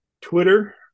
twitter